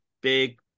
big-